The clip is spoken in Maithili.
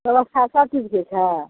बेबस्था सब चीजके छै